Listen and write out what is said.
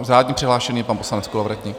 Řádně přihlášený je pan poslanec Kolovratník.